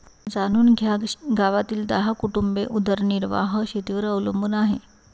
जाणून घ्या गावातील दहा कुटुंबे उदरनिर्वाह शेतीवर अवलंबून आहे